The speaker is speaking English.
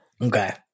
Okay